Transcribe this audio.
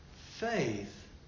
Faith